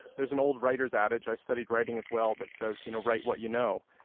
there's an old writer's adage i studied writing as well that says you know write what you know,